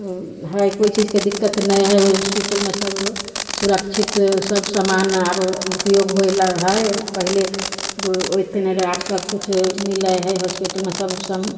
हइ कोइ चीजके दिक्कत नहि हइ ओइ हॉस्पिटलमे सब सुरक्षित सब सामान आब उपयोग होइ लए हइ पहिले ओइके नहि रहय आब सबकिछु मिलय हइ हॉस्पिटलमे सब सब